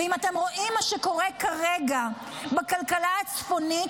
ואם אתם רואים מה שקורה כרגע בכלכלה הצפונית,